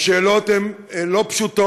השאלות לא פשוטות.